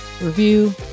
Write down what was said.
review